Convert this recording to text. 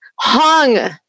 hung